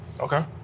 Okay